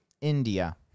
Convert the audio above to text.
India